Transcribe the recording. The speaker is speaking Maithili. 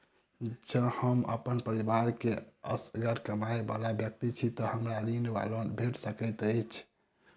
जँ हम अप्पन परिवार मे असगर कमाई वला व्यक्ति छी तऽ हमरा ऋण वा लोन भेट सकैत अछि?